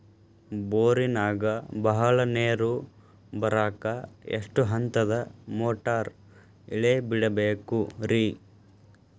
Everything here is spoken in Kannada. ಬೋರಿನಾಗ ಬಹಳ ನೇರು ಬರಾಕ ಎಷ್ಟು ಹಂತದ ಮೋಟಾರ್ ಇಳೆ ಬಿಡಬೇಕು ರಿ?